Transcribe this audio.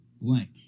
blank